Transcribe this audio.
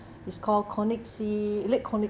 it's called conic sea lake conic